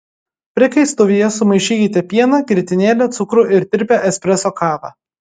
prikaistuvyje sumaišykite pieną grietinėlę cukrų ir tirpią espreso kavą